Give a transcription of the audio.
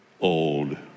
old